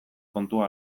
kontua